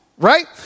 Right